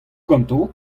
ganto